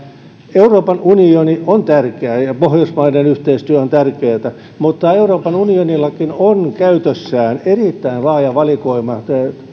euroopan unioni on tärkeä ja pohjoismainen yhteistyö on tärkeätä mutta euroopan unionillakin on käytössään erittäin laaja valikoima